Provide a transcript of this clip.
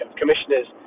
commissioners